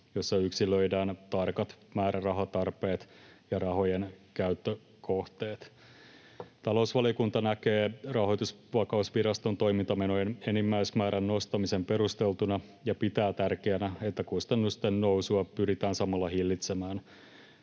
jossa yksilöidään tarkat määrärahatarpeet ja rahojen käyttökohteet. Talousvaliokunta näkee Rahoitusvakausviraston toimintamenojen enimmäismäärän nostamisen perusteltuna ja pitää tärkeänä, että kustannusten nousua pyritään samalla hillitsemään.